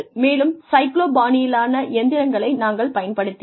மேலும் சைக்ளோ பாணியிலான இயந்திரங்களை நாங்கள் பயன்படுத்தினோம்